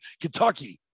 Kentucky